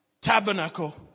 tabernacle